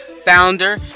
founder